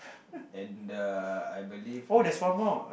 and I believe that is